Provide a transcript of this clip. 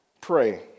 pray